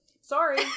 sorry